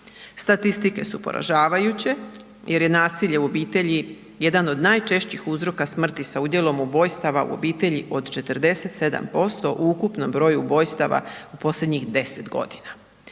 Statistike su poražavajuće jer je nasilje u obitelji jedan od najčešći uzroka smrti sa udjelom ubojstava u obitelji od 47% u ukupnom broju ubojstava u posljednjih 10 godina.